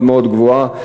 מאוד מאוד גבוהה,